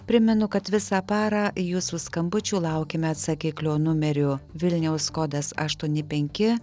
primenu kad visą parą jūsų skambučių laukiame atsakiklio numeriu vilniaus kodas aštuoni penki